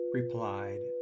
replied